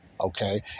Okay